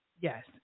yes